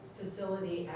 facility